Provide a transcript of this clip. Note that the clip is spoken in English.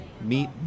meet